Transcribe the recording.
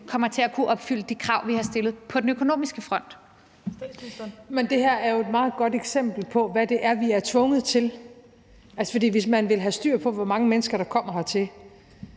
16:04 Statsministeren (Mette Frederiksen): Men det her er jo et meget godt eksempel på, hvad det er, vi er tvunget til. For hvis man vil have styr på, hvor mange mennesker der kommer hertil,